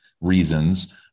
reasons